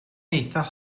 eithaf